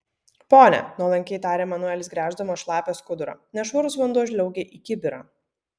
pone nuolankiai tarė manuelis gręždamas šlapią skudurą nešvarus vanduo žliaugė į kibirą